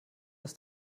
dass